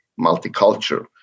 multicultural